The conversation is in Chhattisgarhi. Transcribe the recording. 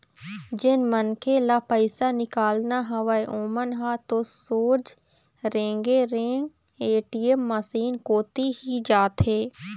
जेन मनखे ल पइसा निकालना हवय ओमन ह तो सोझ रेंगे रेंग ए.टी.एम मसीन कोती ही जाथे